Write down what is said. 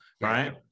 right